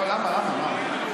לא, למה, למה, מה?